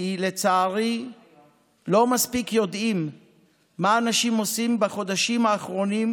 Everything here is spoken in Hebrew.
כי לצערי לא יודעים מספיק מה אנשים עושים בחודשים האחרונים,